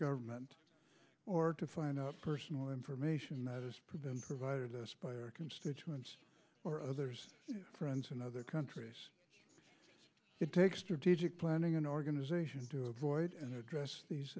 government or to find out personal information that is proven provided to us by our constituents or other friends in other countries it takes to digic planning an organization to avoid and address these